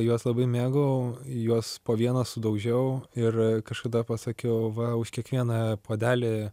juos labai mėgau juos po vieną sudaužiau ir kažkada pasakiau va už kiekvieną puodelį